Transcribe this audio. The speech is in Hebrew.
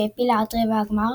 שהעפילה עד רבע הגמר.